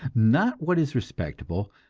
not what is respectable,